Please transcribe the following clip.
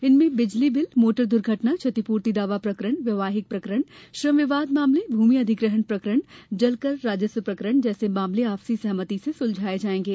इनमें बिजली bill motor दुर्घटना क्षतिपूर्ति दावा प्रकरण वैवाहिक प्रकरण श्रम विवाद मामले भूमि अधिग्रहण प्रकरण जलकर राजस्व प्रकरण जैसे मामले आपसी सहमति सुलझाये जायेंगे